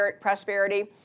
Prosperity